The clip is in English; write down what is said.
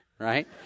right